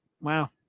Wow